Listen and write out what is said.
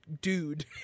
dude